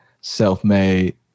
Self-made